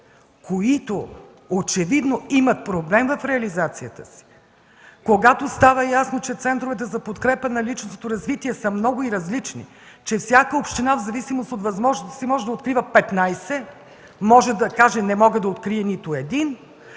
които очевидно имат проблем в реализацията, когато става ясно, че центровете за подкрепа на личностното развитие са много и различни, че всяка община в зависимост от възможностите си може да открие 15, а може и да каже: „Не мога да открия нито един”,